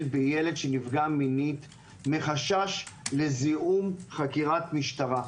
בילד שנפגע מינית מחשש לזיהום חקירת משטרה.